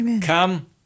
Come